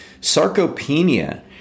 sarcopenia